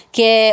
che